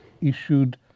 issued